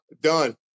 done